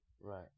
Right